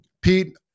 Pete